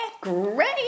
great